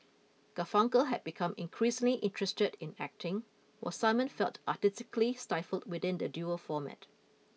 Garfunkel had become increasingly interested in acting while Simon felt artistically stifled within the duo format